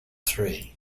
three